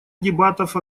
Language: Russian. дебатов